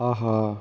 ஆஹா